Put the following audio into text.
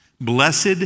Blessed